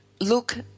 look